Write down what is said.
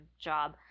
job